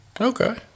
okay